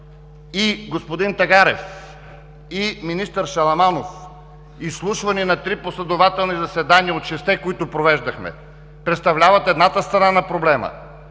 и господин Тагарев, и министър Шаламанов – изслушване на три последователни заседания от шестте, които провеждахме, представляват една страна на проблема.